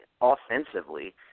offensively